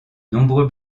nombreux